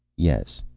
yes.